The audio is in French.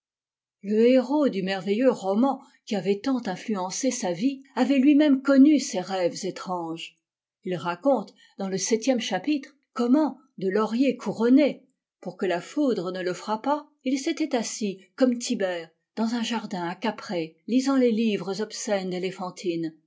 le héros du merveilleux roman qui avait tant influencé sa vie avait lui-même connu ces rêves étranges il raconte dans le septième chapitre comment de lauriers couronné pour que la foudre ne le frappât il s'était assis comme tibère dans un jardin à gaprée lisant les livres obscènes d'eléphantine